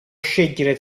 scegliere